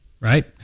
Right